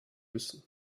müssen